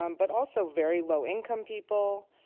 um but also very low-income people,